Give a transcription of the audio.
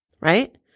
right